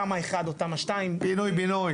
תמ"א 1 או תמ"א 2 --- פינוי בינוי.